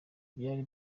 byari